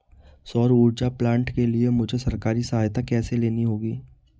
सौर ऊर्जा प्लांट के लिए मुझे सरकारी सहायता कैसे लेनी होगी?